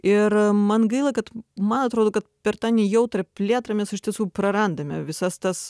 ir man gaila kad man atrodo kad per tą nejautrią plėtrą mes iš tiesų prarandame visas tas